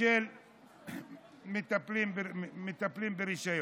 של מטפלים ברישיון.